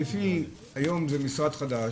היום זה משרד חדש,